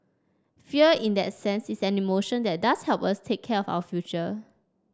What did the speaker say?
fear in that sense is an emotion that does help us take care of our future